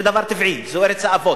זה דבר טבעי, זו ארץ האבות.